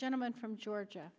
gentleman from georgia